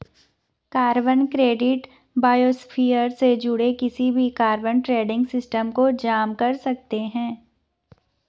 carbon credit biosphere से जुड़े किसी भी कार्बन ट्रेडिंग सिस्टम को जाम कर सकते हैं